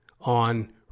on